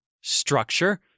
structure